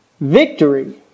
victory